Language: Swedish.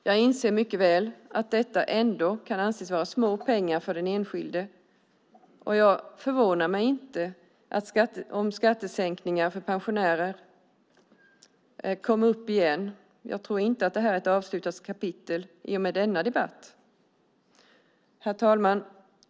Jag inser mycket väl att detta ändå kan anses vara små pengar för den enskilde, och jag blir inte förvånad om skattesänkningar för pensionärer kommer upp igen. Jag tror inte att det här är ett avslutat kapitel i och med denna debatt. Herr talman!